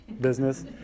business